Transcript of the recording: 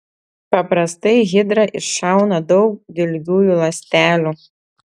paprastai hidra iššauna daug dilgiųjų ląstelių